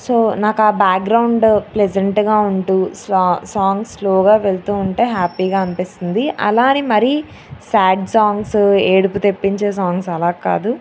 so నాకు ఆ background ప్లెసెంట్గా ఉంటు స్లా సాంగ్స్ స్లోగా వెళుతు ఉంటే హ్యాప్పీగా అనిపిస్తుంది అలా అని మరి స్యాడ్ సాంగ్స్ ఏడుపు తెప్పించే సాంగ్స్ అలా కాదు